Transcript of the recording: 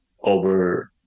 over